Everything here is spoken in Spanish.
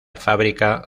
fábrica